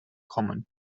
kommen